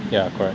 ya correct